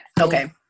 Okay